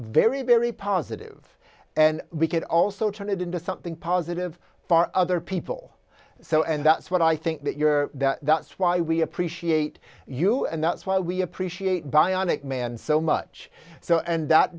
very very positive and we could also turn it into something positive for other people so and that's what i think that you're that's why we appreciate you and that's why we appreciate by on it man so much so and that